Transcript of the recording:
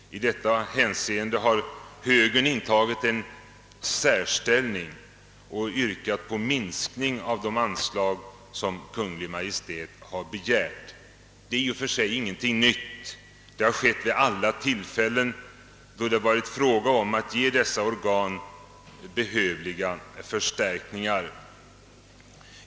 I detta hänseende har högern intagit en särställning och yrkat på minskning av de anslag som Kungl. Maj:t har begärt. Det är i och för sig ingenting nytt. Det har skett vid alla tillfällen när det varit fråga om att ge dessa organ behövliga förstärkningar.